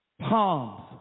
palms